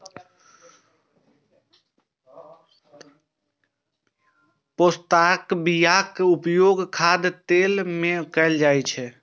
पोस्ताक बियाक उपयोग खाद्य तेल मे कैल जाइ छै